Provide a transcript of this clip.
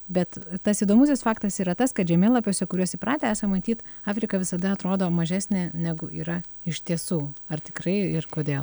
bet tas įdomusis faktas yra tas kad žemėlapiuose kuriuos įpratę esam matyt afrika visada atrodo mažesnė negu yra iš tiesų ar tikrai ir kodėl